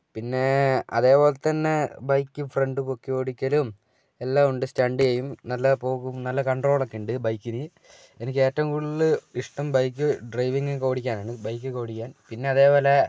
പിന്നെ അതേപോലെതന്നെ bike front പൊക്കി ഓടിക്കലും എല്ലാം ഉണ്ട് സ്റ്റണ്ട് ചെയ്യും നല്ല പോകും നല്ല കൺട്രോൾ ഒക്കെ ഉണ്ട് ബൈക്കിന് എനിക്ക് ഏറ്റവും കൂടുതൽ ഇഷ്ടം ബൈക്ക് ഡ്രൈവിംഗ് ഒക്കെ ഓടിക്കാനാണ് ബൈക്ക് ഒക്കെ ഓടിക്കാൻ പിന്നെ അതേപോലെ